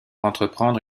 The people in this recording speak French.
entreprendre